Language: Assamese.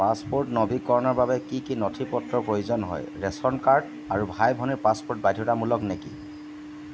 পাছপোৰ্ট নৱীকৰণৰ বাবে কি কি নথি পত্ৰৰ প্ৰয়োজন হয় ৰেচন কাৰ্ড আৰু ভাই ভনীৰ পাছপ'ৰ্ট বাধ্যতামূলক নেকি